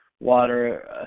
water